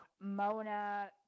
mona